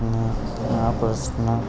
ને આ પ્રશ્ન